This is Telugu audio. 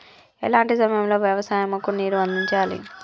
ఎలాంటి సమయం లో వ్యవసాయము కు నీరు అందించాలి?